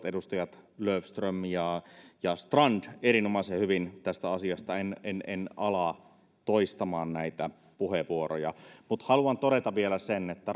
edustajat löfström ja strand jo äsken kyllä puhuivat erinomaisen hyvin tästä asiasta en en ala toistamaan näitä puheenvuoroja mutta haluan todeta vielä sen että